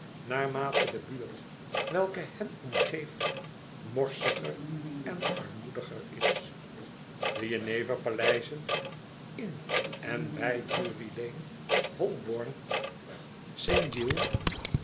naarmate de buurt welke hen omgeeft morsiger en armoediger is de jeneverpaleizen in en by drury-lane holborn